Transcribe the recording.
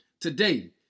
Today